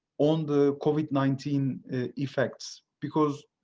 on the covid nineteen effects, because,